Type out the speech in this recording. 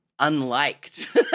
unliked